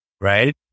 right